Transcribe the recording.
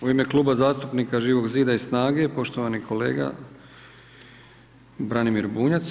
U ime Kluba zastupnika Živog zida i SNAGA-e, poštovani kolega Branimir Bunjac.